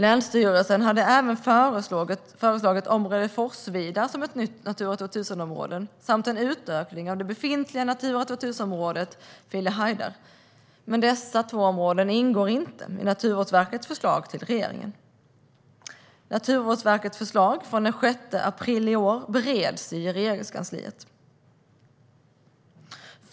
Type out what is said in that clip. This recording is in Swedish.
Länsstyrelsen hade även föreslagit området Forsvidar som ett nytt Natura 2000-område samt en utökning av det befintliga Natura 2000-området Filehajdar, men dessa områden ingår inte i Naturvårdsverkets förslag till regeringen. Naturvårdsverkets förslag från 6 april 2017 bereds i Regeringskansliet.